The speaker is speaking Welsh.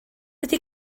ydy